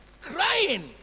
Crying